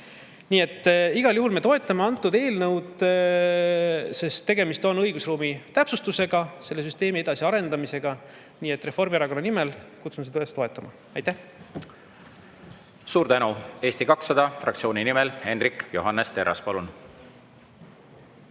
Nii et igal juhul me toetame seda eelnõu, sest tegemist on õigusruumi täpsustusega, samuti süsteemi edasi arendamisega. Reformierakonna nimel kutsun üles seda eelnõu toetama. Aitäh! Suur tänu! Eesti 200 fraktsiooni nimel Hendrik Johannes Terras, palun!